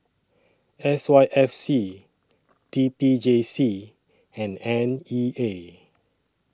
S Y F C T P J C and N E A